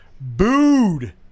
booed